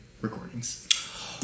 Recordings